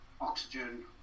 oxygen